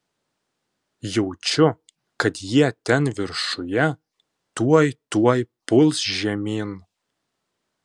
jaučiu kad jie ten viršuje tuoj tuoj puls žemyn